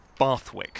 Bathwick